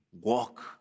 walk